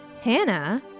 Hannah